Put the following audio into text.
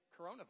coronavirus